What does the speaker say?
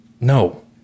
No